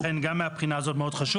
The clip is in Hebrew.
ולכן, גם מהבחינה הזאת זה מאוד חשוב.